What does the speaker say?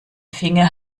finger